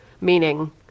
Meaning